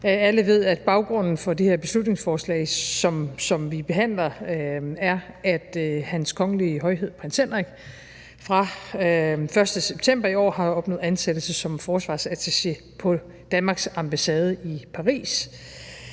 Alle ved, at baggrunden for det her beslutningsforslag, som vi behandler, er, at Hans Kongelige Højhed Prins Joachim fra den 1. september i år har opnået ansættelse som forsvarsattaché på Danmarks ambassade i Paris.